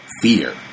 fear